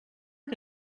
que